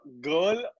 girl